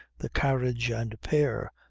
the carriage and pair,